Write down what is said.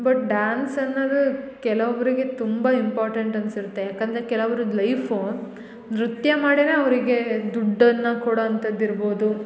but dance ಅನ್ನದು ಕೆಲೊಬ್ಬರಿಗೆ ತುಂಬ ಇಂಪಾರ್ಟೆಂಟ್ ಅನ್ಸಿರ್ತೆ ಯಾಕಂದರೆ ಕೆಲವ್ರುದು ಲೈಫ್ ನೃತ್ಯ ಮಾಡಿನೆ ಅವರಿಗೆ ದುಡ್ಡನ್ನು ಕೊಡೋ ಅಂಥದ್ದಿರ್ಬೋದು